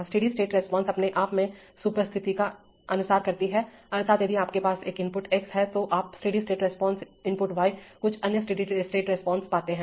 steady state response अपने आप में सुपर स्थिति का अनुसरण करती है अर्थात यदि आपके पास एक इनपुट x है तो आप steady state response input y कुछ अन्य स्टेडी स्टेट रिस्पांस पाते हैं